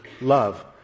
love